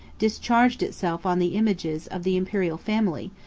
discharged itself on the images of the imperial family,